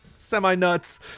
semi-nuts